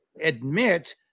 admit